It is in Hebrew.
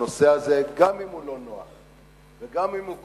הנושא הזה, גם אם הוא לא נוח, וגם אם הוא כואב,